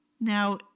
Now